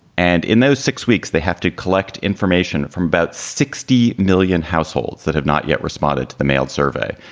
and in those six weeks, they have to collect information from about sixty million households that have not yet responded to the mailed survey.